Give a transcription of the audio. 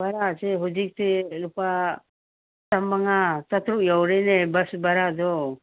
ꯕꯥꯔꯥꯁꯦ ꯍꯧꯖꯤꯛꯇꯤ ꯂꯨꯄꯥ ꯆꯥꯝꯃꯉꯥ ꯆꯥꯇ꯭ꯔꯨꯛ ꯌꯧꯔꯦꯅꯦ ꯕꯁ ꯕꯥꯔꯥꯗꯣ